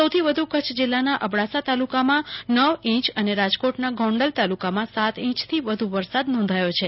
સૌથી વધુ કચ્છ જિલ્લાના અબડાસા તાલુ કામાં નવ ઈંચ અને રાજકોટના ગોંડલ તાલુ કામાં સાત ઈંચથી વધુ વરસાદ નોંધાયો છે